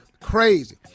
crazy